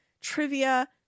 trivia